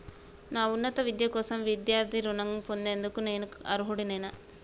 నా ఉన్నత విద్య కోసం విద్యార్థి రుణం పొందేందుకు నేను అర్హుడినేనా?